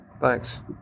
Thanks